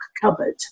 cupboard